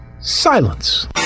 silence